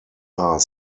are